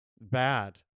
bad